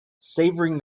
savouring